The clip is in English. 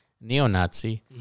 neo-Nazi